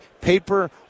paper